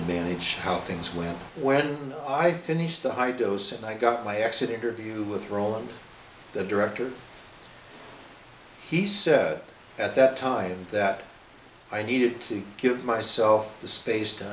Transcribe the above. to manage how things went when i finished the high dose and i got my exit interview with roland the director he said at that time that i needed to give myself the space to